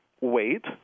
Wait